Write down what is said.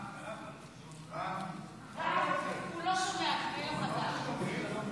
תודה רבה, גברתי היושבת-ראש.